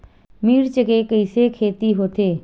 मिर्च के कइसे खेती होथे?